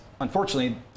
unfortunately